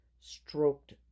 stroked